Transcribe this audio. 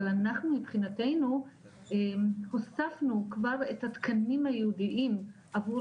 אבל אנחנו מבחינתנו הוספנו כבר את התקנים הייעודיים עבור